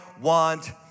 want